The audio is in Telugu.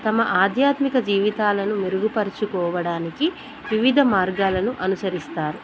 తమ ఆధ్యాత్మిక జీవితాలను మెరుగుపరచుకోవడానికి వివిధ మార్గాలను అనుసరిస్తారు